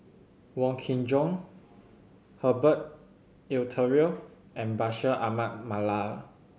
Wong Kin Jong Herbert Eleuterio and Bashir Ahmad Mallal